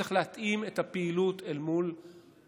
צריך להתאים את הפעילות למקום.